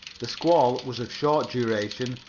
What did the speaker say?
the squall was of short duration,